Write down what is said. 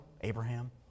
Abraham